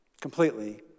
Completely